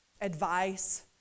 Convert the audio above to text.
advice